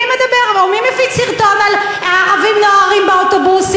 מי מדבר או מי מפיץ סרטון על "הערבים נוהרים באוטובוסים"?